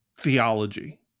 theology